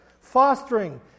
Fostering